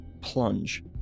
plunge